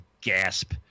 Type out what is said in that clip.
gasp